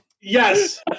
Yes